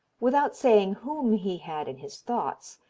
without saying whom he had in his thoughts,